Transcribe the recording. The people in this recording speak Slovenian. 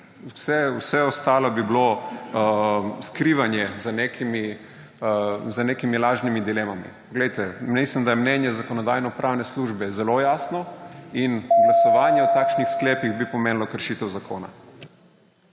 Vse ostalo bi bilo skrivanje za nekimi lažnimi dilemami. Mislim, da je mnenje Zakonodajno-pravne službe zelo jasno in glasovanje o takšnih sklepih bi pomenilo kršitev zakona.